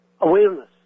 awareness